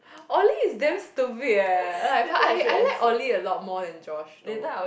Oly is damn stupid eh like but I I like Oly a lot more than George though